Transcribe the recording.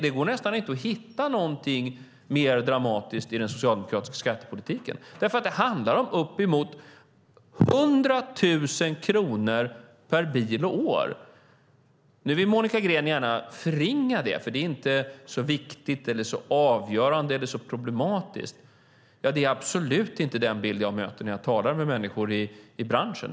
Det går nästan inte att hitta något mer dramatiskt i den socialdemokratiska skattepolitiken, för det handlar om uppemot 100 000 kronor per bil och år. Nu vill Monica Green gärna förringa det här, för det är inte så viktigt, så avgörande eller så problematiskt. Men det är absolut inte den bild jag möter när jag talar med människor i branschen.